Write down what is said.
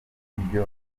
rw’iburyo